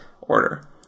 order